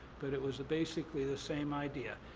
but it was, basically, the same idea.